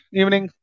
evening